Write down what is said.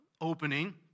opening